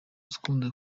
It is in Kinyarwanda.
ukunze